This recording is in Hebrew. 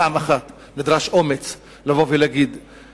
פעם אחת נדרש אומץ לבוא ולהגיד,